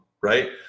right